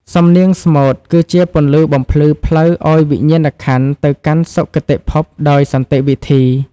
សំនៀងស្មូតគឺជាពន្លឺបំភ្លឺផ្លូវឱ្យវិញ្ញាណក្ខន្ធទៅកាន់សុគតិភពដោយសន្តិវិធី។